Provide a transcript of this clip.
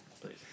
Please